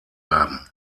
haben